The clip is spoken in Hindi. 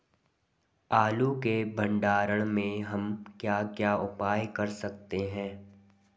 आलू के भंडारण में हम क्या क्या उपाय कर सकते हैं?